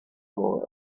more